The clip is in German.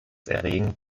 erregend